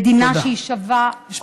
מדינה שהיא שווה, משפט סיכום.